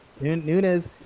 Nunez